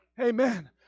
Amen